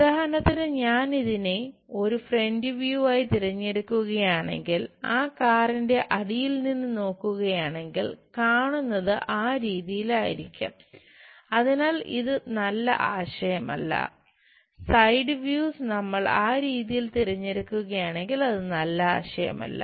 ഉദാഹരണത്തിന് ഞാൻ ഇതിനെ ഒരു ഫ്രന്റ് വ്യൂ നമ്മൾ ആ രീതിയിൽ തിരഞ്ഞെടുക്കുകയാണെങ്കിൽ അത് നല്ല ആശയമല്ല